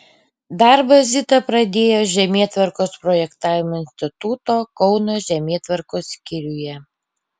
darbą zita pradėjo žemėtvarkos projektavimo instituto kauno žemėtvarkos skyriuje